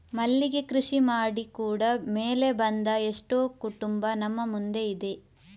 ಮಲ್ಲಿಗೆ ಕೃಷಿ ಮಾಡಿ ಕೂಡಾ ಮೇಲೆ ಬಂದ ಎಷ್ಟೋ ಕುಟುಂಬ ನಮ್ಮ ಮುಂದೆ ಇದೆ